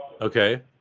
okay